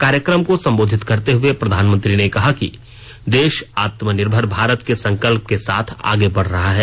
कार्यक्रम को संबोधित करते हुए प्रधानमंत्री ने कहा कि देश आत्मनिर्भर भारत के संकल्प के साथ आगे बढ़ रहा है